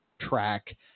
track